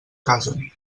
casen